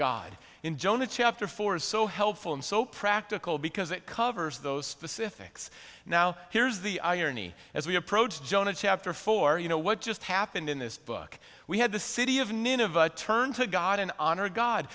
god in jonah chapter four is so helpful and so practical because it covers those specifics now here's the irony as we approach jonah chapter four you know what just happened in this book we had the city of nineveh turn to god in honor